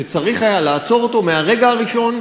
שצריך היה לעצור אותו מהרגע הראשון,